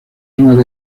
son